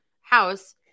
house